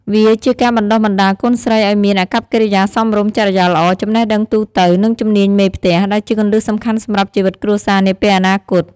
វាជាការបណ្តុះបណ្តាលកូនស្រីឱ្យមាន អាកប្បកិរិយាសមរម្យ ចរិយាល្អ ចំណេះដឹងទូទៅ និង ជំនាញមេផ្ទះ ដែលជាគន្លឹះសំខាន់សម្រាប់ជីវិតគ្រួសារនាពេលអនាគត។